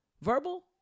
Verbal